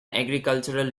agricultural